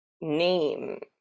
name